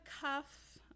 cuff